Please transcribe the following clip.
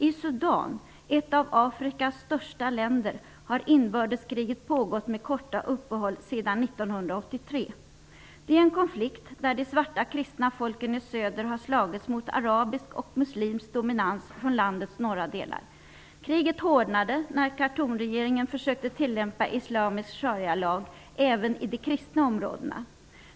I Sudan -- ett av Afrikas största länder -- har inbördeskriget pågått med korta uppehåll sedan 1983. Det är en konflikt där de svarta kristna folken i söder har slagits mot arabisk och muslimsk dominans från landets norra delar. Kriget hårdnade när Khartoumregeringen försökte tillämpa islamisk sharialag även i de kristna områdena.